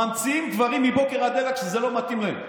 ממציאים דברים מבוקר עד ערב כשזה לא מתאים להם.